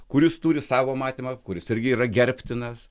kuris turi savo matymą kuris irgi yra gerbtinas